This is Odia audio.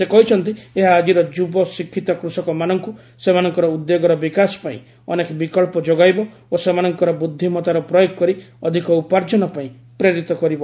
ସେ କହିଛନ୍ତି ଏହା ଆଜିର ଯୁବ ଶିକ୍ଷିତ କୃଷକମାନଙ୍କୁ ସେମାନଙ୍କର ଉଦ୍ୟୋଗର ବିକାଶ ପାଇଁ ଅନେକ ବିକ୍ସ ଯୋଗାଇବ ଓ ସେମାନଙ୍କର ବୁଦ୍ଧିମତାର ପ୍ରୟୋଗ କରି ଅଧିକ ଉପାର୍ଜନ ପାଇଁ ପ୍ରେରିତ କରିବ